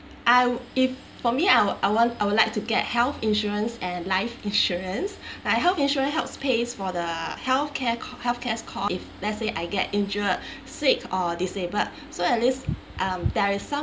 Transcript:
I'll if for me I'll I want I would like to get health insurance and life insurance like health insurance helps pays for the healthcare healthcare cost if let's say I get injured sick or disabled so at least um there is some